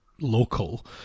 local